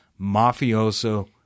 mafioso